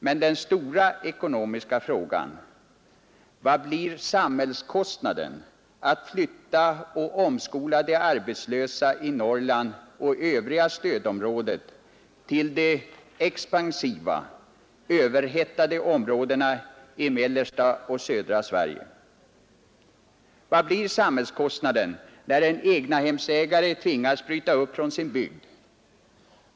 Men den stora ekonomiska frågan är vad samhällskostnaden kommer att bli att flytta och omskola de arbetslösa i Norrland och övriga stödområdet till de expansiva, överhettade områdena i mellersta och södra Sverige. Vad blir samhällskostnaden när en egnahemsägare tvingas bryta upp från sin bygd?